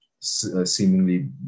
seemingly